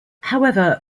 however